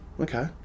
okay